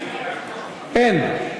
אין.